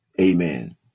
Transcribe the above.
Amen